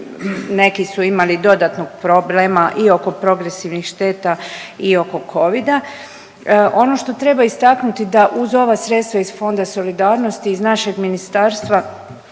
Neki su imali dodatnog problema i oko progresivnih šteta i oko Covida. Ono što treba istaknuti da uz ova sredstva iz Fonda solidarnosti iz našeg ministarstva